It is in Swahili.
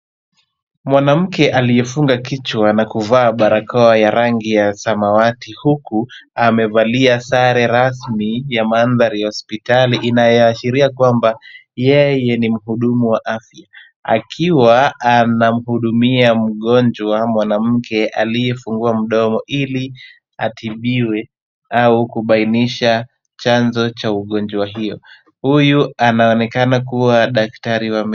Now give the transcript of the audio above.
Mwanamke aliyefunga kichwa na kuvaa rangi ya samawati, huku amevalia sare rasmi ya maanthari ya hospitali, inayoashiria kwamba, yeye ni muhudumu wa afya. Akiwa anamhudumia mgonjwa mwanamke aliyefungua mdomo ili atibiwe, au kubainisha chanzo cha ugonjwa hiyo. Huyu anaonekana kuwa daktari wa meno.